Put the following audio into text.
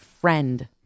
Friend